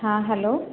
हां हॅलो